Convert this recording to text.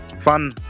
Fun